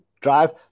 drive